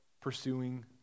pursuing